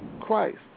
Christ